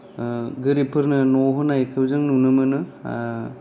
गोरिबफोरनो न' होनायखौ जों नुनो मोनो